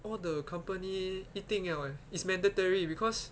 all the company 一定要 eh is mandatory because